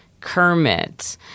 Kermit